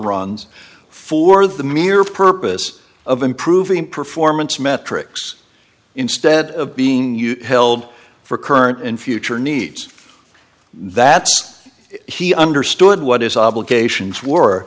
runs for the mere purpose of improving performance metrics instead of being you held for current and future needs that's he understood what his obligations were